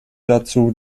dazu